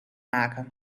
maken